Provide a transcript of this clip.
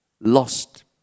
Lost